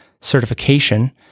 certification